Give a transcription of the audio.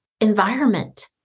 environment